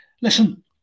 listen